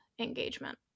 engagement